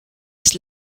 his